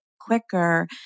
quicker